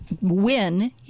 win